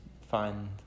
find